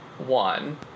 one